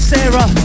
Sarah